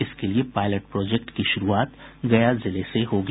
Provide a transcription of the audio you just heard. इसके लिये pilot project की शुरूआत गया जिले से होगी